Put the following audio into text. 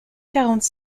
quarante